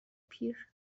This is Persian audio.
پیر